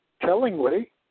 tellingly